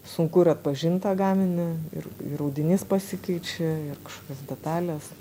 sunku ir atpažint tą gaminį ir ir audinys pasikeičia ir kažkokios detalės